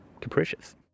Capricious